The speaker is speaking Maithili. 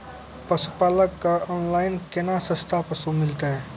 पशुपालक कऽ ऑनलाइन केना सस्ता पसु मिलतै?